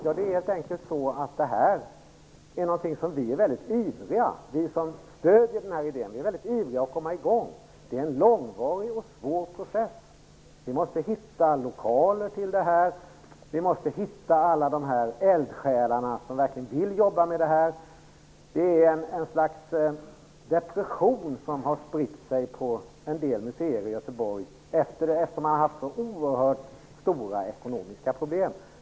Det här är helt enkelt någonting som vi som stöder idén är mycket ivriga att komma i gång med. Det är en långvarig och svår process. Vi måste hitta lokaler och hitta alla eldsjälar som verkligen vill jobba med detta. Ett slags depression har spritt sig på en del museer i Göteborg eftersom man har haft så oerhört stora ekonomiska problem.